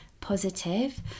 Positive